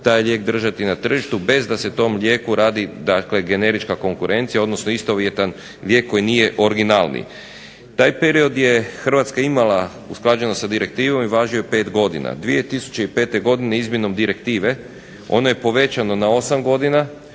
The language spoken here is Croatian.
taj lijek držati na tržištu bez da se tom lijeku radi dakle generička konkurencija, odnosno istovjetan lijek koji nije originalni. Taj period je Hrvatska imala usklađeno sa direktivom i važio je 5 godina. 2005. godine izmjenom direktive ono je povećano na 8 godina